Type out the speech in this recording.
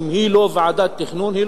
אם היא לא ועדת תכנון,